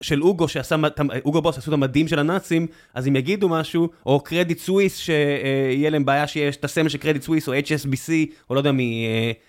של הוגו, שעשה את ה..., הוגו בוס עשו את המדים של הנאצים, אז אם יגידו משהו, או קרדיט סוויס, שיהיה להם בעיה שיש את הסמל של קרדיט סוויס או HSBC, או לא יודע מי,